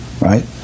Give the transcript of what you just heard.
right